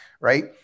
Right